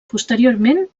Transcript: posteriorment